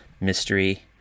mystery